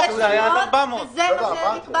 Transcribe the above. ניסינו לשנות, וזה מה שנקבע